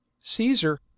Caesar